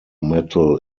metal